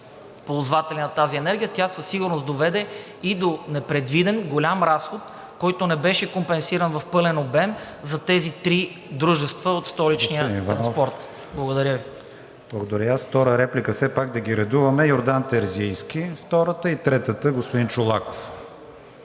ползватели на тази енергия. Тя със сигурност доведе и до непредвиден голям разход, който не беше компенсиран в пълен обем за тези три дружества от Столичния транспорт. Благодаря Ви. ПРЕДСЕДАТЕЛ КРИСТИАН ВИГЕНИН: Благодаря. Втора реплика – все пак да ги редуваме – Йордан Терзийски. Трета реплика, господин Чолаков.